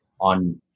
on